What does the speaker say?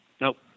Nope